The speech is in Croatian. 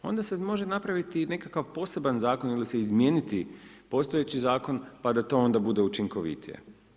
Onda se može napraviti i nekakav poseban zakon ili se izmijeniti postojeći zakon pa da to onda bude učinkovitije.